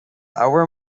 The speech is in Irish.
ábhar